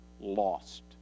lost